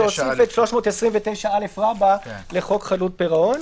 להוסיף את סעיף 329א לחוק חדלות פירעון.